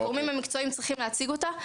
הגורמים המקצועיים צריכים להציג אותה.